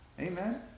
Amen